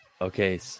Okay